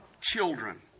children